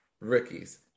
rookies